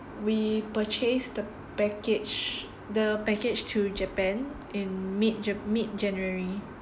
we purchased the package the package to japan in mid jan~ mid january